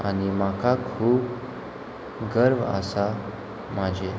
आनी म्हाका खूब गर्व आसा म्हाजेर